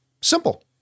Simple